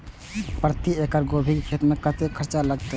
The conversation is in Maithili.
प्रति एकड़ गोभी के खेत में कतेक खर्चा लगते?